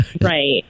Right